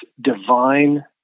divine